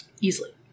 Easily